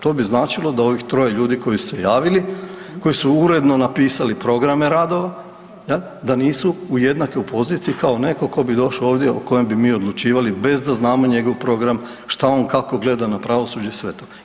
To bi značilo da ovih troje ljudi koji su se javili, koji su uredno napisali programe radova, da nisu u jednakoj poziciji kao netko tko bi došao ovdje, o kojem bi mi odlučivali bez da znamo njegov program, što on, kako gleda na pravosuđe i sve to.